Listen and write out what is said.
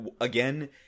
again